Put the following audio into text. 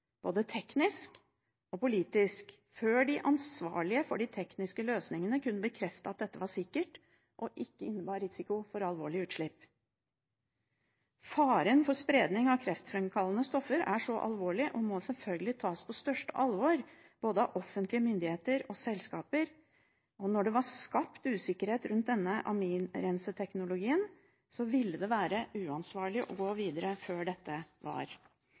både teknisk og politisk, før de ansvarlige for de tekniske løsningene kunne bekrefte at dette var sikkert og ikke innebar risiko for alvorlige utslipp. Faren for spredning av kreftframkallende stoffer er alvorlig og må selvfølgelig tas på største alvor både av offentlige myndigheter og selskaper, og når det var skapt usikkerhet rundt denne aminrenseteknologien, ville det vært uansvarlig å gå videre før dette var